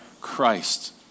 Christ